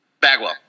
Bagwell